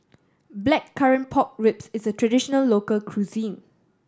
Blackcurrant Pork Ribs is a traditional local cuisine